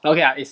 okay lah is